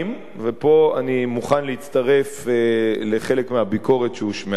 ופה אני מוכן להצטרף לחלק מהביקורת שהושמעה כאן,